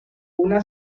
una